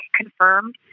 confirmed